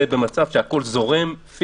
זה במצב שהכול זורם.